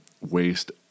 waste